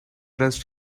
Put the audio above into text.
rest